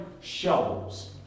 shovels